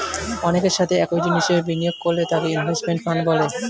অনেকের সাথে একই জিনিসে বিনিয়োগ করলে তাকে ইনভেস্টমেন্ট ফান্ড বলে